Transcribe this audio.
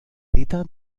cita